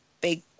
big